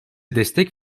destek